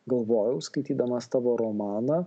galvojau skaitydamas tavo romaną